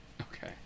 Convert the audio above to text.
okay